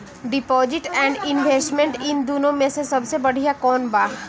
Deposit and investment इन दुनो मे से सबसे बड़िया कौन बा?